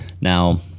now